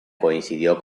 coincidió